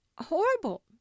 horrible